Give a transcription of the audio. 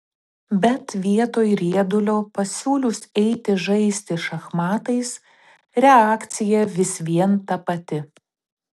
bet vietoj riedulio pasiūlius eiti žaisti šachmatais reakcija vis vien ta pati